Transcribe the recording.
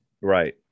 Right